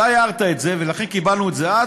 אתה הערת את זה, ולכן קיבלנו את זה אז